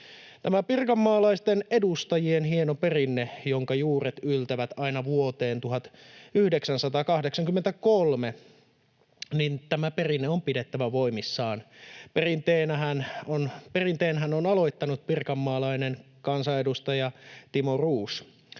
Tämä pirkanmaalaisten edustajien hieno perinne, jonka juuret yltävät aina vuoteen 1983, on pidettävä voimissaan. Perinteenhän on aloittanut pirkanmaalainen kansanedustaja Timo Roos,